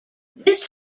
this